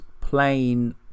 plain